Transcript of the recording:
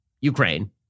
Ukraine